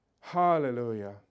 Hallelujah